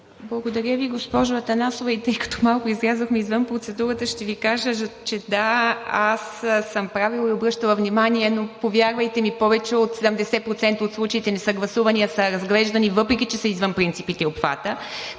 Благодаря Ви, госпожо Атанасова. Тъй като малко излязохме извън процедурата, ще Ви кажа, че да, аз съм правила и обръщала внимание, но повярвайте ми, повече от 70% от случаите не са гласувани, а са разглеждани, въпреки че са извън принципите и обхвата.